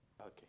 Okay